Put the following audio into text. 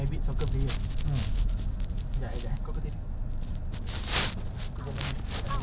uh a brand new soccer boot original eh original New Balance eh